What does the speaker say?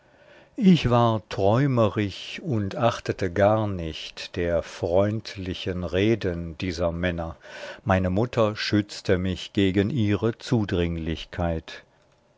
ich war träumerig und achtete gar nicht der freundlichen reden dieser männer meine mutter schützte mich gegen ihre zudringlichkeit